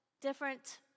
different